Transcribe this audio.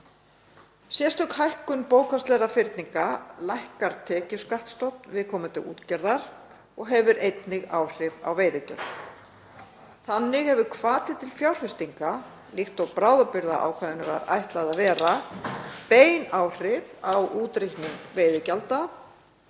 Sérstök hækkun bókhaldslegra fyrninga lækkar tekjuskattsstofn viðkomandi útgerðar og hefur einnig áhrif á veiðigjöld. Þannig hefur hvati til fjárfestinga, líkt og bráðabirgðaákvæðinu var ætlað að vera, bein áhrif á útreikning veiðigjalda